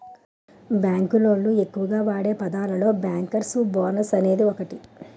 bank లోళ్ళు ఎక్కువగా వాడే పదాలలో బ్యేంకర్స్ బోనస్ అనేది ఒకటి